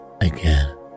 again